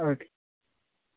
okay